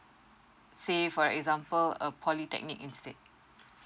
say for example a polytechnic instead